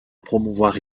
promouvoir